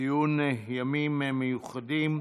ציון ימים מיוחדים.